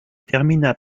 termina